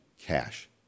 cash